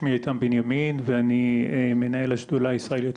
שמי איתן בנימין ואני מנהל השדולה הישראלית,